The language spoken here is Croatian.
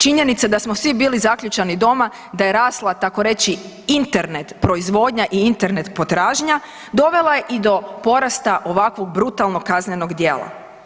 Činjenica da smo svi bili zaključani doma, da je rasla tako reći Internet proizvodnja i Internet potražnja dovela je i do porasta ovako brutalnog kaznenog djela.